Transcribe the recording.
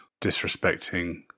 disrespecting